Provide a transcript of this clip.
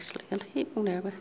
सैगोनलै बुंनायोबो